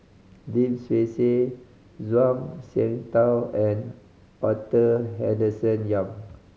Lim Swee Say Zhuang Shengtao and Arthur Henderson Young